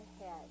ahead